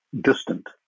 distant